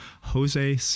jose